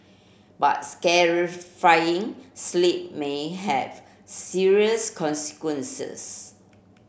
but sleep may have serious consequences